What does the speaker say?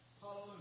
Hallelujah